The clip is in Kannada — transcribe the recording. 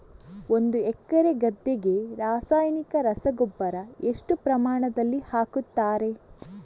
ಒಂದು ಎಕರೆ ಗದ್ದೆಗೆ ರಾಸಾಯನಿಕ ರಸಗೊಬ್ಬರ ಎಷ್ಟು ಪ್ರಮಾಣದಲ್ಲಿ ಹಾಕುತ್ತಾರೆ?